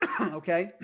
Okay